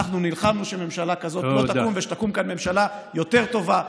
אנחנו נלחמנו שממשלה כזאת לא תקום ושתקום ממשלה יותר טובה,